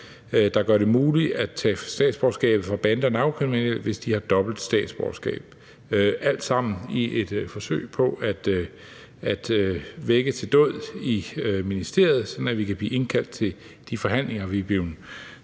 der gør det muligt at tage statsborgerskabet fra bandekriminelle, hvis de har dobbelt statsborgerskab. Det er alt sammen i et forsøg på at vække til dåd i ministeriet, sådan at vi kan blive indkaldt til de forhandlinger, vi er blevet